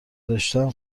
رشتهام